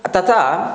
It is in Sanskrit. तथा